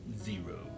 zero